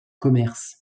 commerce